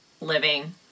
living